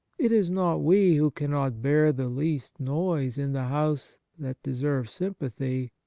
it is not we who cannot bear the least noise in the house that deserve sympathy,